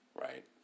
right